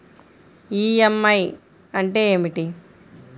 EMI అంటే ఏమిటి?